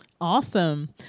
Awesome